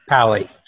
Pally